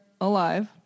alive